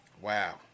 Wow